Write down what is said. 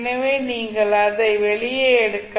எனவே நீங்கள் அதை வெளியே எடுக்கலாம்